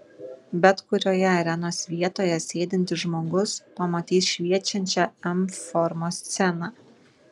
bet kurioje arenos vietoje sėdintis žmogus pamatys šviečiančią m formos sceną